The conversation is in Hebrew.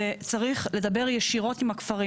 וצריך לדבר ישירות עם הכפרים.